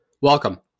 Welcome